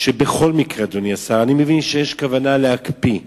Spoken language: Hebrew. שבכל מקרה, אדוני השר, אני מבין שיש כוונה להקפיא.